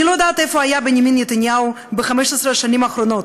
אני לא יודעת איפה היה בנימין נתניהו ב-15 השנים האחרונות,